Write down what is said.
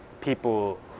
people